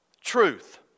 Truth